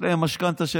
יש להם משכנתה של